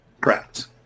Correct